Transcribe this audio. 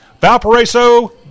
Valparaiso